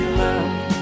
love